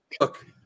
look